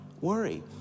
worry